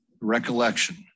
recollection